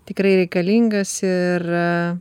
tikrai reikalingas ir